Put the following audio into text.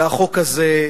והחוק הזה,